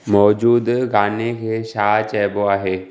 मौजूदह गाने खे छा चइबो आहे